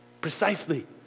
precisely